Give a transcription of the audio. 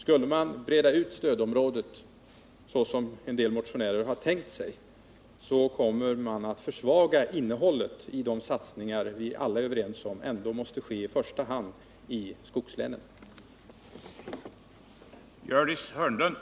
Skulle man breda ut stödområdet, såsom en del motionärer har tänkt sig, kommer man att försvaga innehållet i de satsningar vi alla är överens om ändå i första hand måste ske i skogslänen.